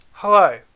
Hello